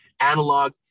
analog